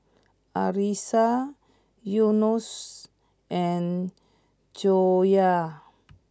Arissa Yunos and Joyah